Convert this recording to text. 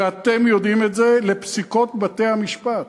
ואתם יודעים את זה, לפסיקות בתי-המשפט.